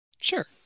Sure